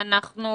אנחנו